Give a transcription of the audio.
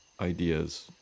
ideas